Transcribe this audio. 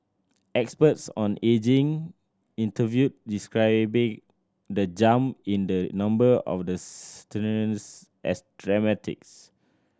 experts on ageing interviewed described the jump in the number of the centenarians as dramatics